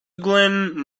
glen